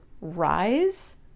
rise